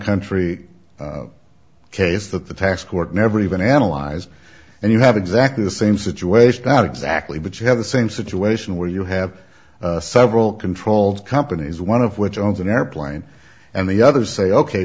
country case that the tax court never even analyzed and you have exactly the same situation not exactly but you have the same situation where you have several controlled companies one of which owns an airplane and the other say ok